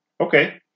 Okay